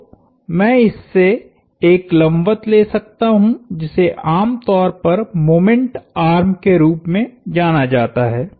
तो मैं इससे एक लंबवत ले सकता हूं जिसे आमतौर पर मोमेंट आर्म के रूप में जाना जाता है